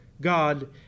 God